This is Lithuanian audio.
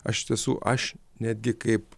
aš esu aš netgi kaip